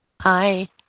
Hi